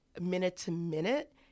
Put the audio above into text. minute-to-minute